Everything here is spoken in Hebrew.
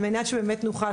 על מנת שבאמת נוכל,